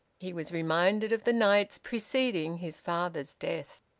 he was reminded of the nights preceding his father's death.